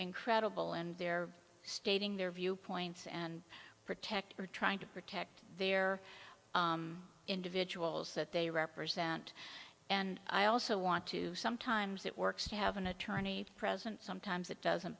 incredible and they're stating their viewpoints and protect are trying to protect their individuals that they represent and i also want to sometimes it works to have an attorney present sometimes it doesn't